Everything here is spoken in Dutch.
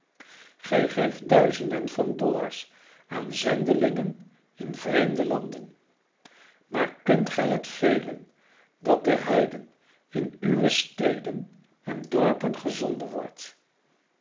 gij geeft duizenden van dollars aan zendelingen in vreemde landen maar kunt gij het velen dat de heiden in uwe steden en dorpen gezonden wordt